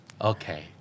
Okay